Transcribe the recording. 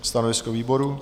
Stanovisko výboru?